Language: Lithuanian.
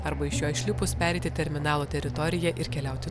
arba iš jo išlipus pereiti terminalo teritoriją ir keliauti